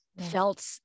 felt